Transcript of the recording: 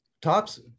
TOPS